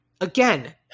Again